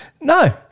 No